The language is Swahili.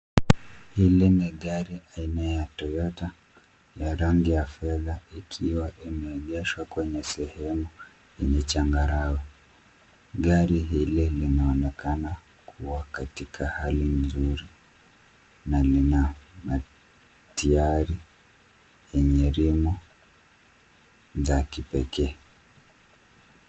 Hili ni gari aina ya toyota ya rangi ya fedha ikiwa limeengeshwa kwenye sehemu yenye changarawe. Gari hili linaonekana kuwa katika hali nzuri. Na lina magurudumu yenye (cs)ream(cs) za kipekee.